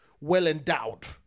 well-endowed